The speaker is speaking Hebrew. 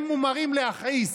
הם מומרים להכעיס,